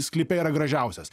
sklype yra gražiausias